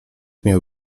miał